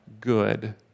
good